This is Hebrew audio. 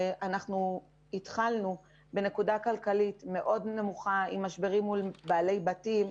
אנחנו התחלנו בנקודה כלכלית מאוד נמוכה עם משברים מול בעלי בתים,